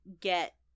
get